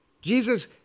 Jesus